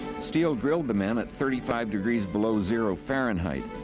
steele drilled the men at thirty five below zero, fahrenheit.